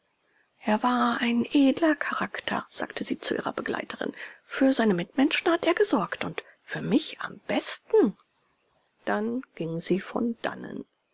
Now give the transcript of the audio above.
er war ein edler charakter sagte sie zu ihrer begleiterin für seine mitmenschen hat er gesorgt und für mich am besten dann ging sie von dannen